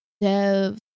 dev